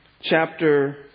chapter